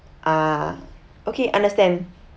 ah okay understand